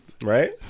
Right